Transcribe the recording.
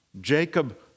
Jacob